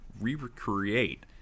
recreate